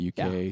UK